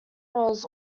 was